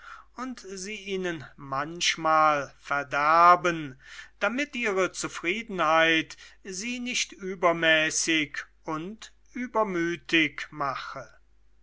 und sie ihnen manchmal verderben damit ihre zufriedenheit sie nicht übermäßig und übermütig mache